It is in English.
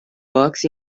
books